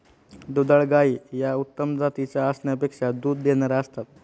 दुधाळ गायी या उत्तम जातीच्या असण्यापेक्षा दूध देणाऱ्या असतात